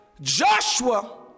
Joshua